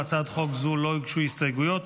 להצעת חוק זו לא הוגשו הסתייגויות,